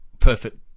perfect